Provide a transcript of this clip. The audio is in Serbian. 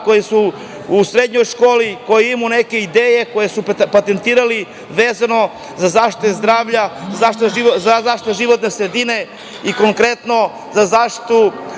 koja idu u srednju školu, a koja imaju neke ideje koje su patentirali vezano za zaštitu zdravlja, za zaštitu životne sredine i, konkretno, zaštitu